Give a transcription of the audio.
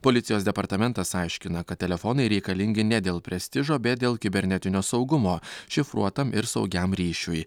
policijos departamentas aiškina kad telefonai reikalingi ne dėl prestižo bet dėl kibernetinio saugumo šifruotam ir saugiam ryšiui